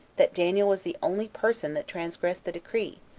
that daniel was the only person that transgressed the decree,